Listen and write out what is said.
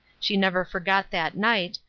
she never forgot that night,